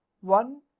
one